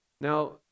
Now